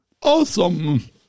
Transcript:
Awesome